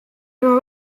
tema